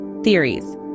Theories